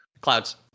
Clouds